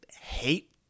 hate